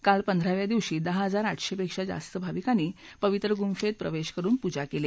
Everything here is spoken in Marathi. काल पंधराव्या दिवशी दहा हजार आठशे पेक्षा जास्त भाविकांनी पवित्र गुंफेत प्रवेश करुन पुजा केली